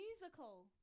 musical